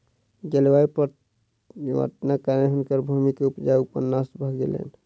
जलवायु परिवर्तनक कारणेँ हुनकर भूमि के उपजाऊपन नष्ट भ गेलैन